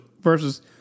versus